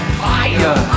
fire